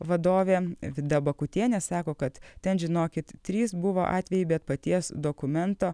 vadovė vida bakutienė sako kad ten žinokit trys buvo atvejai bet paties dokumento